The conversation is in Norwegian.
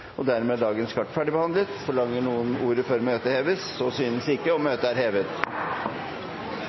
referat. Dermed er dagens kart ferdigbehandlet. Forlanger noen ordet før møtet heves? – Møtet er hevet.